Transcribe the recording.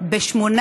ב-800